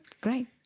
Great